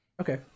Okay